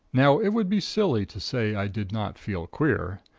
now it would be silly to say i did not feel queer.